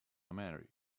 marry